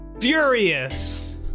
furious